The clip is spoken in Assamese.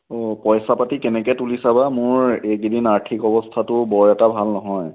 অঁ পইচা পাতি কেনেকৈ তুলিছা বা মোৰ এইকেইদিন আৰ্থিক অৱস্থাটো বৰ এটা ভাল নহয়